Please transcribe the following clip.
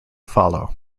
fallow